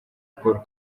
paul